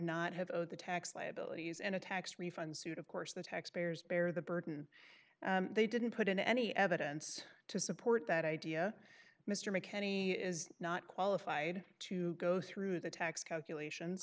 not have the tax liabilities and a tax refund suit of course the taxpayers bear the burden they didn't put in any evidence to support that idea mr mckenny is not qualified to go through the tax calculat